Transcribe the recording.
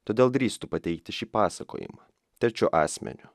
todėl drįstu pateikti šį pasakojimą trečiu asmeniu